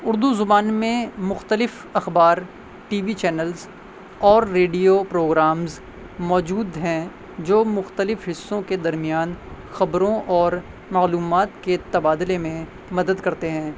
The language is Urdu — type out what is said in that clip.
اردو زبان میں مختلف اخبار ٹی وی چینلز اور ریڈیو پروگرامز موجود ہیں جو مختلف حصوں کے درمیان خبروں اور معلومات کے تبادلے میں مدد کرتے ہیں